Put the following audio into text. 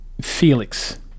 Felix